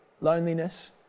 loneliness